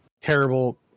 terrible